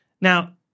Now